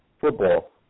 football